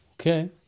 Okay